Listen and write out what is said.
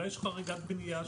אולי יש חריגת בנייה?